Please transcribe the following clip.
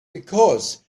because